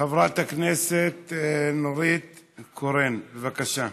חברת הכנסת נורית קורן, בבקשה.